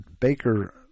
Baker